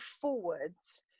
forwards